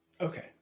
Okay